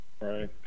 Right